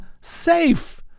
safe